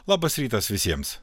labas rytas visiems